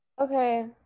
Okay